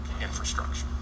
infrastructure